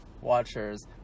watchers